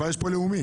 אבל יש פה "לאומי".